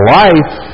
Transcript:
life